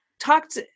talked